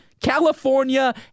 California